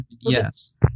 Yes